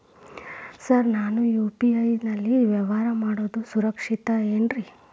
Sir ನಾನು UPI ನಲ್ಲಿ ವ್ಯವಹಾರ ಮಾಡೋದು ಸುರಕ್ಷಿತ ಏನ್ರಿ?